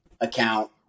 account